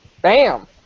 Bam